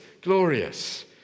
glorious